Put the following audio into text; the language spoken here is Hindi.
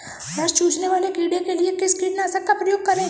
रस चूसने वाले कीड़े के लिए किस कीटनाशक का प्रयोग करें?